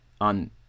on